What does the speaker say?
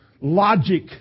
Logic